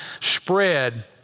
spread